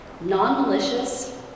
non-malicious